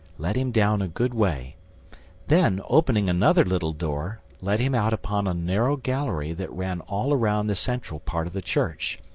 led him down a good way then, opening another little door, led him out upon a narrow gallery that ran all round the central part of the church,